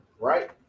right